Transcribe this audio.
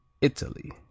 Italy